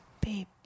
Babe